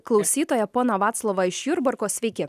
klausytoją poną vaclovą iš jurbarko sveiki